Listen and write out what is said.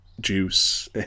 juice